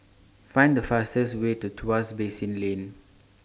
Find The fastest Way to Tuas Basin Lane